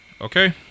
Okay